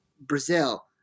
Brazil